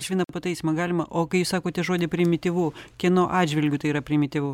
aš vieną pataisymą galima o kai jūs sakote žodį primityvu kieno atžvilgiu tai yra primityvu